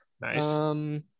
Nice